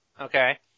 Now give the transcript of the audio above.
Okay